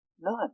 None